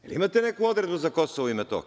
Jel imate neku odredbu za Kosovo i Metohiju?